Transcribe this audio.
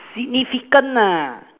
significant ah